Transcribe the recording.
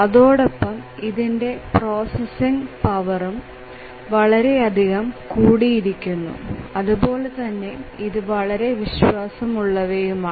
അതോടൊപ്പം ഇതിന്റെ processing power വളരെയധികം കൂടിയിരിക്കുന്നു അതുപോലെതന്നെ ഇത് വളരെ വിശ്വാസം ഉള്ളവയുമാണ്